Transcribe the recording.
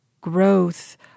growth